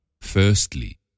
Firstly